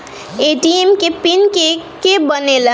ATM के PIN के के बनेला?